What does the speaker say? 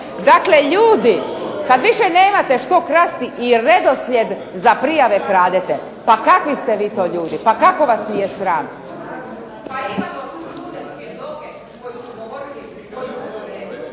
Dakle, ljudi kada više nemate što krasti i redoslijed za prijave kradete. Pa kakvi ste vi to ljudi? Pa kako vas nije sram? ... /Govornica isključena./ ... govorite o tome